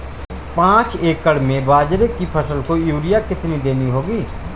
पांच एकड़ में बाजरे की फसल को यूरिया कितनी देनी होगी?